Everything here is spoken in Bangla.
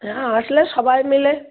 হ্যাঁ আসলে সবাই মিলে